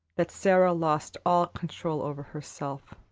that sara lost all control over herself.